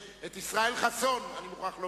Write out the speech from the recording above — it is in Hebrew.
את ישראל חסון, אני מוכרח לומר,